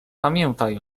pamiętaj